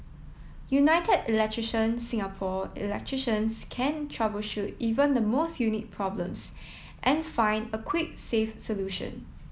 United Electrician Singapore electricians can troubleshoot even the most unique problems and find a quick safe solution